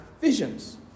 visions